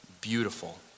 Beautiful